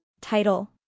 Title